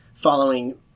following